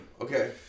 okay